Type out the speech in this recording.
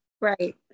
Right